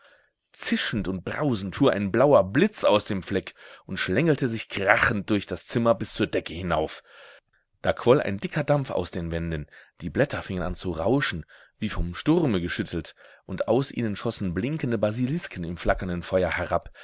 zischend und brausend fuhr ein blauer blitz aus dem fleck und schlängelte sich krachend durch das zimmer bis zur decke hinauf da quoll ein dicker dampf aus den wänden die blätter fingen an zu rauschen wie vom sturme geschüttelt und aus ihnen schossen blinkende basilisken im flackernden feuer herab